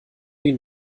ihn